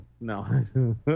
no